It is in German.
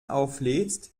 auflädst